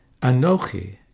Anochi